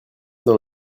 dans